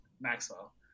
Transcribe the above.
Maxwell